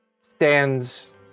stands